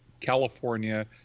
California